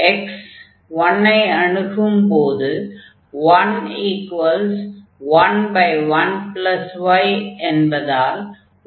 x 1 ஐ அணுகும்போது 111y என்பதால் 1y1 என்று ஆகும்